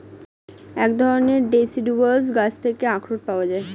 এক ধরণের ডেসিডুয়াস গাছ থেকে আখরোট পাওয়া যায়